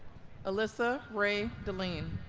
alyssa rae deline